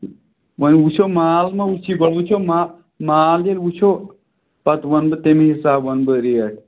وۄںۍ وٕچھو مال مہ وُچھی گۄڈٕ وٕچھو ما مال ییٚلہِ وٕچھو پَتہٕ وَنہٕ بہٕ تَمی حساب وَنہٕ بہٕ ریٹ